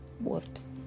Whoops